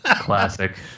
classic